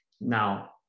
Now